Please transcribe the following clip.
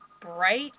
bright